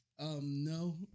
No